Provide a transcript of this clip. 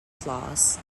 flaws